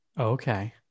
okay